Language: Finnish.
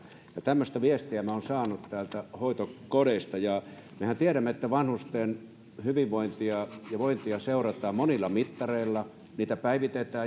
tämmöistä viestiä minä olen saanut täältä hoitokodeista mehän tiedämme että vanhusten hyvinvointia ja vointia seurataan monilla mittareilla niitä päivitetään